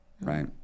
Right